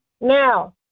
Now